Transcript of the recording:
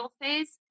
phase